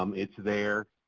um it's there.